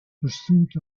pursuit